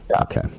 Okay